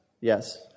Yes